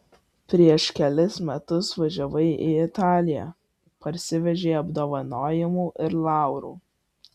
prieš kelis metus važiavai į italiją parsivežei apdovanojimų ir laurų